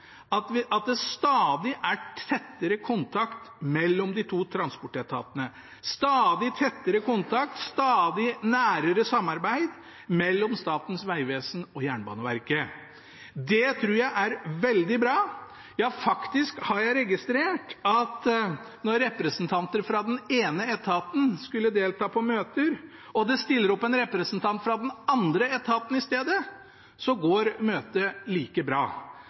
at det er stadig tettere kontakt mellom de to transportetatene, stadig tettere kontakt og stadig nærere samarbeid mellom Statens vegvesen og Jernbaneverket. Det tror jeg er veldig bra, ja, faktisk har jeg registrert at når representanter fra den ene etaten skulle delta på møter, og det stiller opp en representant fra den andre etaten i stedet, så går møtet like bra